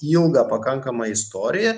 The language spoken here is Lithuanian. ilgą pakankamą istoriją